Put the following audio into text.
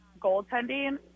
goaltending